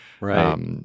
Right